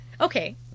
Okay